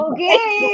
Okay